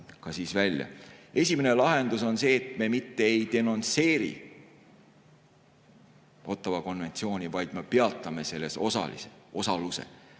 mõlemad välja. Esimene lahendus on see, et me mitte ei denonsseeri Ottawa konventsiooni, vaid me peatame osaluse